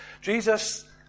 Jesus